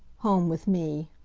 home, with me.